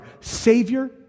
savior